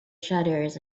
shutters